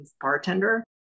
bartender